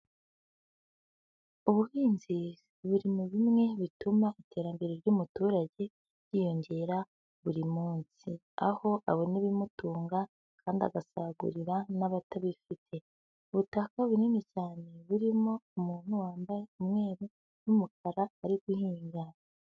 Ubuhinzi buri mu bimwe bituma iterambere ry'umuturage ryiyongera buri munsi, aho abona ibimutunga kandi agasagurira n'abatabifite. Ubutaka bunini cyane buririmo umuntu wambaye umweru n'umukara ari guhinga.